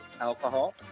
alcohol